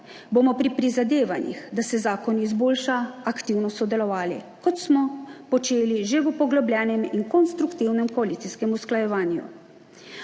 bomo pri prizadevanjih, da se zakon izboljša, aktivno sodelovali, kot smo počeli že v poglobljenem in konstruktivnem koalicijskem usklajevanju.